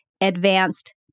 advanced